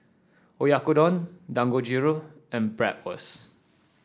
Oyakodon Dangojiru and Bratwurst